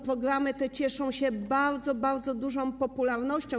Programy te cieszą się bardzo, bardzo dużą popularnością.